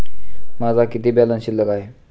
माझा किती बॅलन्स शिल्लक आहे?